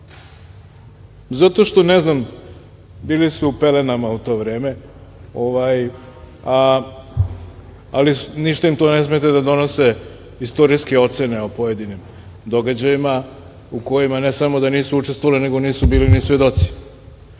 zato što ne znam, bili su pelenama u to vreme, ali ništa im to ne smeta da donose istorijske ocene o pojedinim događajima u kojima ne samo da nisu učestvovale nego nisu bili ni svedoci.